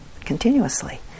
continuously